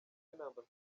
ambasaderi